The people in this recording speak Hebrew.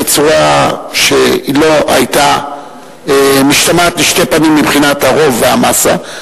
בצורה שלא היתה משתמעת לשתי פנים מבחינת הרוב והמאסה,